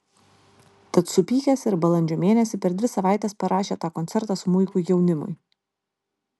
tad supykęs ir balandžio mėnesį per dvi savaites parašė tą koncertą smuikui jaunimui